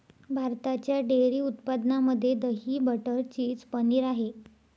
भारताच्या डेअरी उत्पादनामध्ये दही, बटर, चीज, पनीर आहे